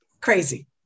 crazy